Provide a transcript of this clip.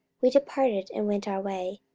we departed and went our way